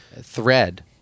thread